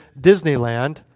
Disneyland